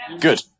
Good